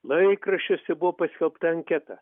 laikraščiuose buvo paskelbta anketa